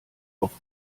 auf